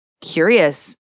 curious